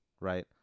right